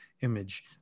image